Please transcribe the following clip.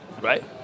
right